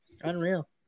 Unreal